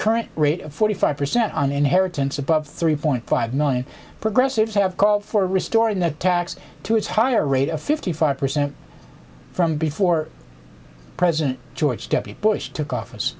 current rate of forty five percent on inheritance above three point five million progressives have called for restoring that tax to its higher rate of fifty five percent from before president george w bush took office